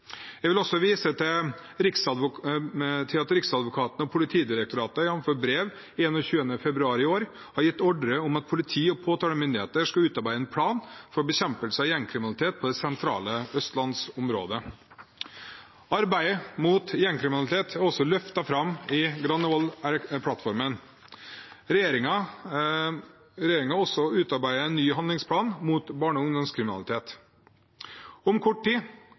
Jeg vil også vise til at Riksadvokaten og Politidirektoratet, jf. brev av 21. februar i år, har gitt ordre om at politi- og påtalemyndigheter skal utarbeide en plan for bekjempelse av gjengkriminalitet på det sentrale østlandsområdet. Arbeidet mot gjengkriminalitet er løftet fram i Granavolden-plattformen, og regjeringen har også utarbeidet en ny handlingsplan mot barne- og ungdomskriminalitet. Om kort tid